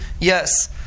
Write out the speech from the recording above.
yes